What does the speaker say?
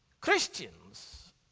christians